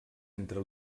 entre